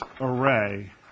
array